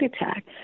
attack